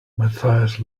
mathias